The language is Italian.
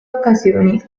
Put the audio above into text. occasioni